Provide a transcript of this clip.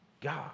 God